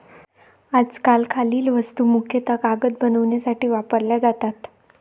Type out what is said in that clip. आजकाल खालील वस्तू मुख्यतः कागद बनवण्यासाठी वापरल्या जातात